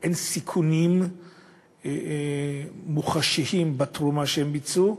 שאין סיכונים מוחשיים בתרומה שהם ביצעו,